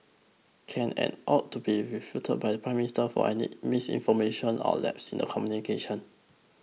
can and ought to be refuted by the Prime Minister for any misinformation or lapses in the communication